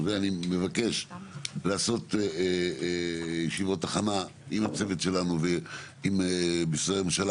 אני מבקש לעשות ישיבות הכנה עם הצוות שלנו ועם משרדי הממשלה.